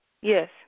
Yes